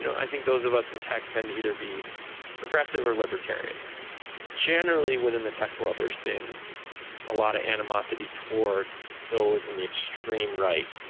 you know i think those of us in tech ten either be progressive or libertarian, but generally, within the tech world there's been a lot of animosity toward those in the extreme right,